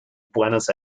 buenos